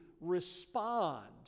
respond